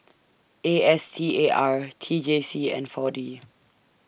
A S T A R T J C and four D